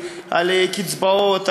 על קצבאות,